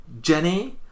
Jenny